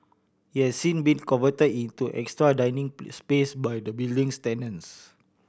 it has since been convert into extra dining space by the building's tenants